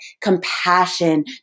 compassion